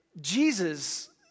Jesus